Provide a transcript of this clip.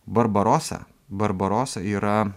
barbarosa barbarosa yra